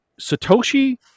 Satoshi